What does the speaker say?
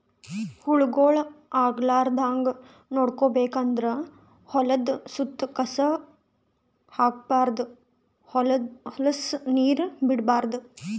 ಹುಳಗೊಳ್ ಆಗಲಾರದಂಗ್ ನೋಡ್ಕೋಬೇಕ್ ಅಂದ್ರ ಹೊಲದ್ದ್ ಸುತ್ತ ಕಸ ಹಾಕ್ಬಾರ್ದ್ ಹೊಲಸ್ ನೀರ್ ಬಿಡ್ಬಾರ್ದ್